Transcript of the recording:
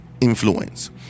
influence